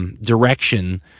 direction